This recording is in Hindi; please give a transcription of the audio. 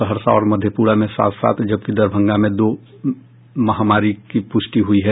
सहरसा और मधेपुरा में सात सात जबकि दरभंगा में दो में महामारी की पुष्टि हुयी है